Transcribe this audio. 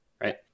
right